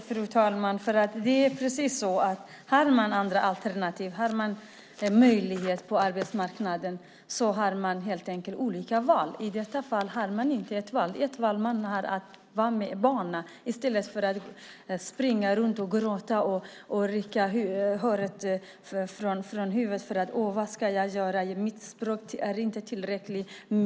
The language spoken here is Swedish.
Fru talman! Det är intressant. Har man andra alternativ, har man en möjlighet på arbetsmarknaden, har man helt enkelt olika val? I detta fall har man inte ett val. Det val man har är att vara med barnen i stället för att springa runt och gråta och rycka håret från huvudet och tänka: Åh, vad ska jag göra. Mitt språk är inte tillräckligt bra.